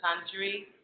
country